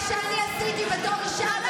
מה שאני עשיתי בתור אישה,